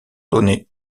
donné